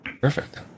perfect